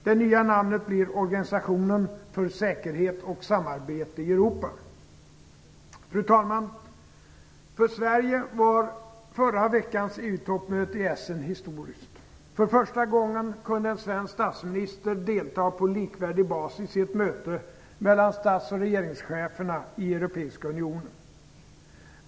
Det nya namnet blir Organisationen för säkerhet och samarbete i Europa. Fru talman! För Sverige var förra veckans EU toppmöte i Essen historiskt. För första gången kunde en svensk statsminister delta på likvärdig basis i ett möte mellan stats och regeringscheferna i Europeiska unionen.